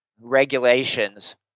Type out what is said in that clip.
regulations